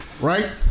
right